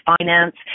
finance